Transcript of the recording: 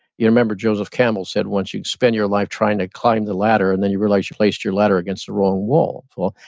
you remember joseph campbell said once, you spend your life trying to climb the ladder and then you realize you placed your ladder against the wrong wall. so,